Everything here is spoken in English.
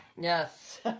Yes